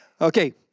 Okay